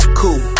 cool